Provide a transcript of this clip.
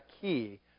key